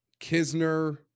Kisner